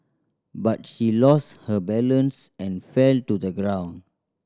but she lost her balance and fell to the ground